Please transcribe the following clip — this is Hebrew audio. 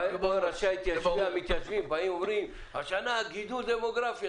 ראשי המתיישבים באים לכנסת ואומרים: השנה יש גידול דמוגרפי.